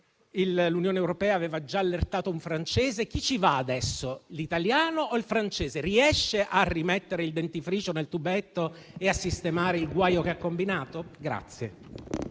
l'Unione europea aveva già allertato un francese. Chi ci va adesso? L'italiano o il francese? Insomma, riesce a rimettere il dentifricio nel tubetto e a sistemare il guaio che ha combinato?